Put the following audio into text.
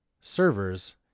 servers